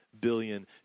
billion